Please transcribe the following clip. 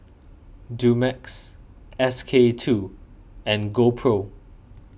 Dumex S K two and GoPro